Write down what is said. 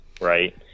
right